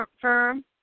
firm